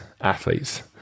athletes